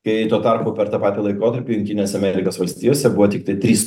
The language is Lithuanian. kai tuo tarpu per tą patį laikotarpį jungtinėse amerikos valstijose buvo tiktai trys